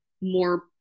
more